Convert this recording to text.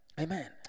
Amen